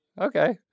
Okay